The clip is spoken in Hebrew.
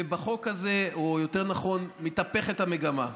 ובחוק הזה, או יותר נכון מתהפכת המגמה.